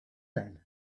then